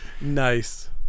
nice